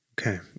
Okay